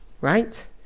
right